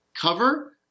cover